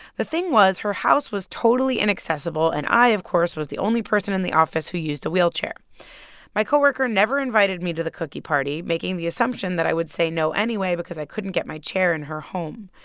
the thing was, her house was totally inaccessible and i, of course, was the only person in the office who used a wheelchair my co-worker never invited me to the cookie party, making the assumption that i would say no anyway because i couldn't get my chair in her home.